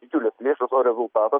didžiulės lėšos o rezultatas